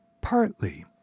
Partly